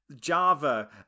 Java